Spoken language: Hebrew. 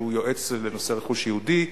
שהוא יועץ לנושא הרכוש היהודי,